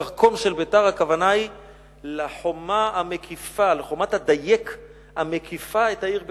כרכום של ביתר הכוונה היא לחומת הדייק המקיפה את העיר ביתר,